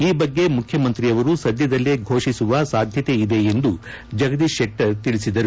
ಈ ಬಗ್ಗೆ ಮುಖ್ಯಮಂತ್ರಿಯವರು ಸದ್ಯದಲ್ಲೇ ಘೋಷಿಸುವ ಸಾಧ್ಯತೆಯಿದೆ ಎಂದು ಜಗದೀಶ್ ಶೆಟ್ಟರ್ ತಿಳಿಸಿದ್ದಾರೆ